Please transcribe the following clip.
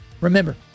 Remember